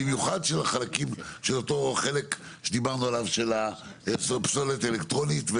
במיוחד של אותו חלק שדיברנו עליו של הפסולת האלקטרונית,